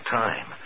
time